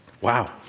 Wow